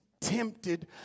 tempted